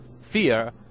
fear